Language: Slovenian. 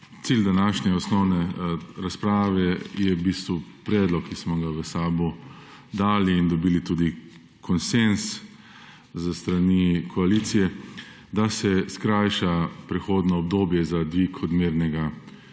Cilj današnje osnovne razprave je predlog, ki smo ga v SAB dali in tudi dobili konsenz s strani koalicije, da se skrajša prehodno obdobje za dvig odmernega